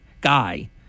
guy